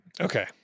Okay